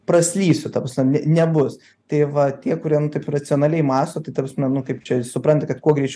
praslysiu ta prasme nebus tai va tie kurie racionaliai mąsto tai ta prasme nu kaip čia supranta kad kuo greičiau